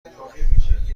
بمونم